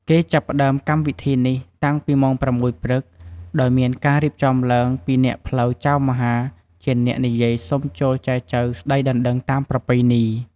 គេចាប់ផ្តើមកម្មវិធីនេះតាំងពីម៉ោងប្រាំមួយព្រឹក ដោយមានការរៀបចំឡើងពីអ្នកផ្លូវចៅមហាជាអ្នកនិយាយសុំចូលចែចូវស្តីដណ្តឹងតាមប្រពៃណី។